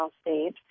state